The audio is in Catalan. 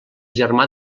germà